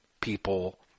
people